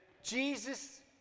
Jesus